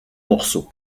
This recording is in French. morceaux